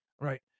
right